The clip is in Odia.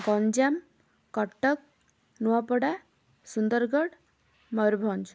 ଗଞ୍ଜାମ କଟକ ନୂଆପଡ଼ା ସୁନ୍ଦରଗଡ଼ ମୟୂରଭଞ୍ଜ